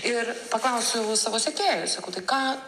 ir paklausiau savo sekėjų sakau tai ką